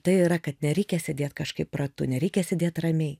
tai yra kad nereikia sėdėt kažkaip ratu nereikia sėdėt ramiai